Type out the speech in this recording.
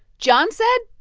john said.